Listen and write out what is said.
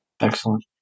Excellent